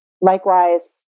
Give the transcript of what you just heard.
Likewise